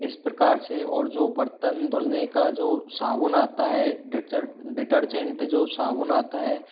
इस प्रकार से और जो बर्तन धुलने का जो साबुन आता है डिटर्जेंट जो साबुन आता है